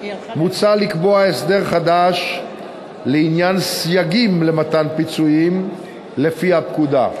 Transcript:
מוצע לקבוע הסדר חדש לעניין סייגים למתן פיצויים לפי הפקודה.